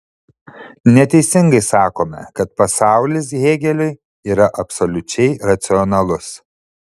neteisingai sakome kad pasaulis hėgeliui yra absoliučiai racionalus